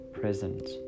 present